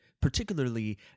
particularly